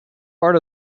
part